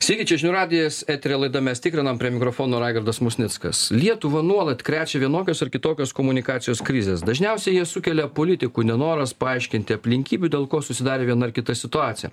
sveiki čia žinių radijas eteryje laida mes tikrinam prie mikrofono raigardas musnickas lietuvą nuolat krečia vienokios ar kitokios komunikacijos krizės dažniausiai jas sukelia politikų nenoras paaiškinti aplinkybių dėl ko susidarė viena ar kita situacija